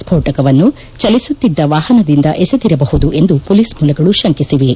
ಸ್ಪೋಣಕವನ್ನು ಚಲಿಸುತ್ತಿದ್ದ ವಾಹನದಿಂದ ಎಸೆದಿರಬಹುದು ಎಂದು ಪೊಲೀಸ್ ಮೂಲಗಳು ಶಂಕಿಸಿವೆ